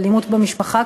"אלימות במשפחה",